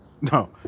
No